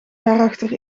daarachter